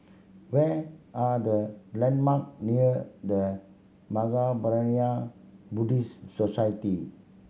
where are the landmark near The Mahaprajna Buddhist Society